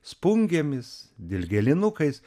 spungėmis dilgėlinukais